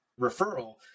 referral